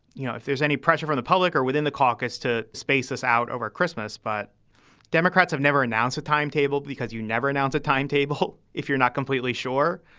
you know, if there's any pressure from the public or within the caucus to space us out over christmas. but democrats have never announced a timetable because you never announce a timetable if you're not completely sure.